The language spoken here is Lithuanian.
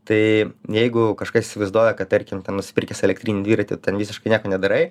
tai jeigu kažkas įsivaizduoja kad tarkim ten nusipirkęs elektrinį dviratį ten visiškai nieko nedarai